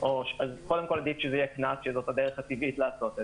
אז עדיף קנס, זו הדרך הטבעית לעשות זאת.